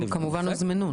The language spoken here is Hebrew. הם כמובן הוזמנו.